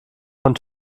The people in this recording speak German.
von